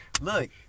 Look